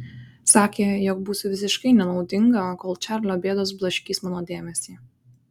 sakė jog būsiu visiškai nenaudinga kol čarlio bėdos blaškys mano dėmesį